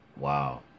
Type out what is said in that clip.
Wow